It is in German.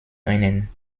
einen